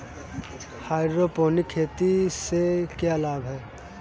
Hydroponic खेती से क्या लाभ हैं?